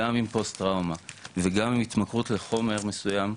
גם עם פוסט טראומה וגם עם התמכרות לחומר מסוים,